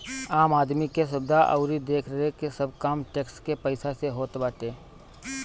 आम आदमी के सुविधा अउरी देखरेख के सब काम टेक्स के पईसा से होत बाटे